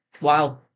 Wow